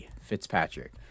fitzpatrick